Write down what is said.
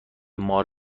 مار